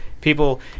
People